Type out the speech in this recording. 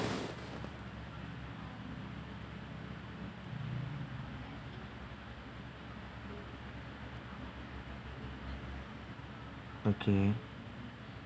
okay